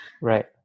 Right